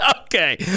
Okay